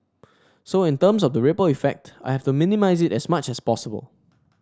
so in terms of the ripple effect I have to minimise it as much as possible